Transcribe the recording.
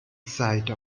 site